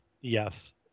yes